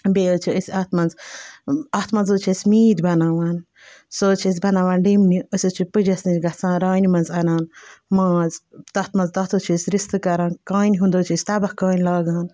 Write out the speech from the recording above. بیٚیہِ حظ چھِ أسۍ اَتھ منٛز اَتھ منٛز حظ چھِ أسۍ میٖتھۍ بَناوان سُہ حظ چھِ أسۍ بَناوان ڈٮ۪منہِ أسۍ حظ چھِ پٔجَس نِش گژھان رانہِ منٛز اَنان ماز تَتھ منٛز تَتھ حظ چھِ أسۍ رِستہٕ کَران کانہِ ہُنٛد حظ چھِ أسۍ تَبَکھ کانہِ لاگان